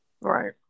Right